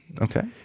Okay